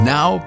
Now